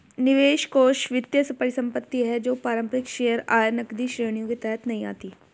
निवेश कोष वित्तीय परिसंपत्ति है जो पारंपरिक शेयर, आय, नकदी श्रेणियों के तहत नहीं आती